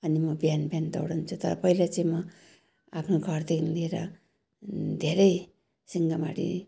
अनि म बिहान बिहान दौडन्छु तर पहिला चाहिँ म आफ्नो घरदेखि लिएर धेरै सिंहमारी